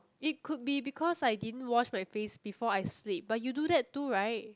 it could be because I didn't wash my face before I sleep but you do that too right